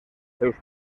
seus